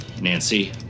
Nancy